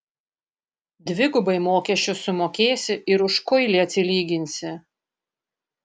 dvigubai mokesčius sumokėsi ir už kuilį atsilyginsi